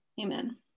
Amen